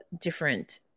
different